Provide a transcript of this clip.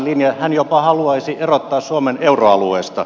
hän jopa haluaisi erottaa suomen euroalueesta